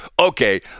Okay